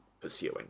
pursuing